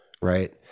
right